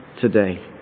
today